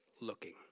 looking